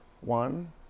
One